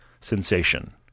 sensation